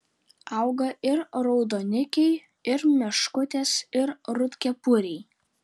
auga ir raudonikiai ir meškutės ir rudkepuriai